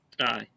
Aye